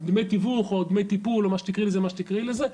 דמי תיווך או דמי טיפול או תקראי לזה איך שתקראי לזה,